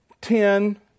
ten